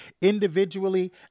individually